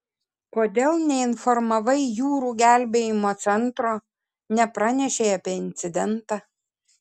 kodėl neinformavai jūrų gelbėjimo centro nepranešei apie incidentą